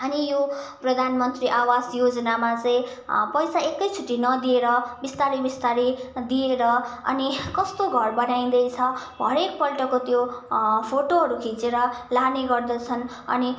अनि यो प्रधानमन्त्री आवास योजनामा चाहिँ पैसा एकैचोटि नदिएर बिस्तारी बिस्तारी दिएर अनि कस्तो घर बनाइँदैछ हरेक पल्टको त्यो फोटोहरू खिचेर लाने गर्दछन् अनि